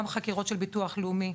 גם חקירות של ביטוח לאומי,